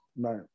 right